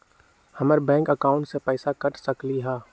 हमर bank account से पैसा कट सकलइ ह?